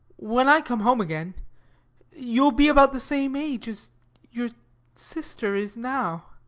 when i come home again you'll be about the same age as your sister is now.